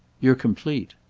you're complete.